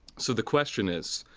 so the question is,